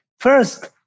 First